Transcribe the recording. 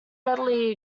readily